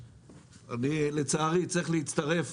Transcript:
לצערי, אני צריך להצטרף